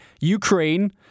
Ukraine